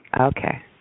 Okay